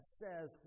says